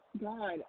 God